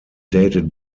dated